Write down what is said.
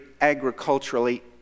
agriculturally